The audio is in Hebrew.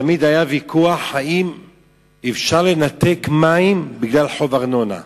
תמיד היה ויכוח אם אפשר לנתק מים בגלל חוב ארנונה.